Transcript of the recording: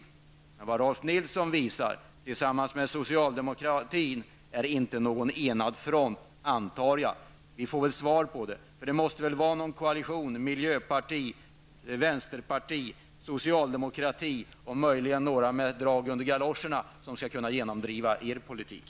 Men vad Rolf Nilson visar tillsammans med socialdemokratin är inte någon enad front, antar jag. Vi får väl svar om detta. Det måste väl vara någon koalition -- miljöparti, vänsterparti, socialdemokrati och möjligen några med drag under galoscherna -- som skall kunna genomdriva er politik.